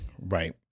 Right